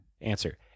Answer